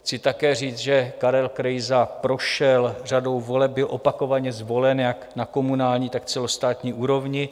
Chci také říct, že Karel Krejza prošel řadou voleb, byl opakovaně zvolen jak na komunální, tak celostátní úrovni.